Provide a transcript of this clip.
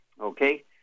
Okay